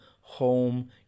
home